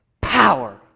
power